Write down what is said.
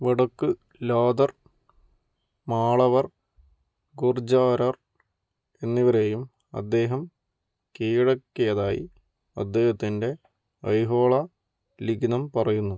വടക്ക് ലാതർ മാളവർ ഗുർജാരർ എന്നിവരെയും അദ്ദേഹം കീഴടക്കിയതായി അദ്ദേഹത്തിൻ്റെ ഐഹോള ലിഖിതം പറയുന്നു